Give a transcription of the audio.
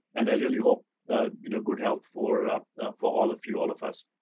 and i really hope you know good health for for all of you, all of us.